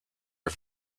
are